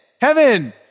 heaven